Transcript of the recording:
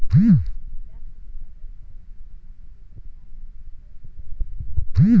द्राक्ष पिकावर फवारणी करण्यासाठी कोणती आधुनिक व सुलभ यंत्रणा आहे?